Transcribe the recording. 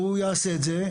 והוא יעשה את זה.